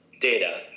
data